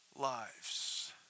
lives